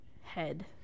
head